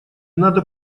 надо